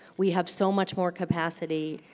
we have so much more capacity.